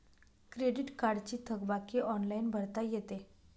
credit कार्डची थकबाकी online भरता येते